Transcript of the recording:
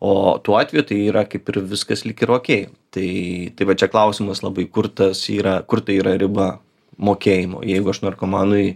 o tuo atveju tai yra kaip ir viskas lyg ir okei tai tai va čia klausimas labai kur tas yra kur ta yra riba mokėjimo jeigu aš narkomanui